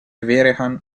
vehrehan